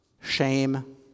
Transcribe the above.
shame